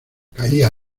caía